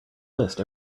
list